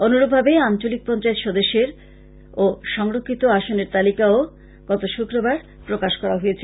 অনুরূপভাবে আঞ্চলিক পঞ্চায়েত সদস্যের ও সংরক্ষিত আসনের তালিকা ও গতশুক্রবার প্রকাশ করা হয়েছে